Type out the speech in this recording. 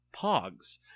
pogs